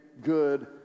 Good